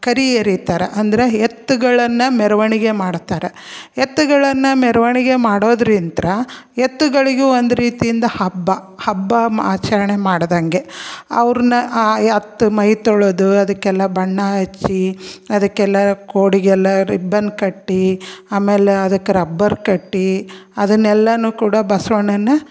ಕರಿ ಎರಿತಾರೆ ಅಂದರೆ ಎತ್ತುಗಳನ್ನು ಮೆರವಣಿಗೆ ಮಾಡ್ತಾರೆ ಎತ್ತುಗಳನ್ನು ಮೆರವಣಿಗೆ ಮಾಡೋದ್ರಿಂದ ಎತ್ತುಗಳಿಗೂ ಒಂದು ರೀತಿಯಿಂದ ಹಬ್ಬ ಹಬ್ಬ ಮ ಆಚರಣೆ ಮಾಡ್ದಂತೆ ಅವ್ರನ್ನ ಆ ಹತ್ತು ಮೈ ತೊಳೆದು ಅದಕ್ಕೆಲ್ಲ ಬಣ್ಣ ಹಚ್ಚಿ ಅದಕ್ಕೆಲ್ಲ ಕೋಡಿಗೆಲ್ಲ ರಿಬ್ಬನ್ ಕಟ್ಟಿ ಆಮೇಲೆ ಅದಕ್ಕೆ ರಬ್ಬರ್ ಕಟ್ಟಿ ಅದನ್ನೆಲ್ಲವೂ ಕೂಡ ಬಸವಣ್ಣನ